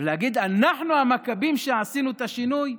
ולהגיד: אנחנו המכבים שעשינו את השינוי?